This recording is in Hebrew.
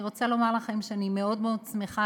אני רוצה לומר לכם שאני מאוד מאוד שמחה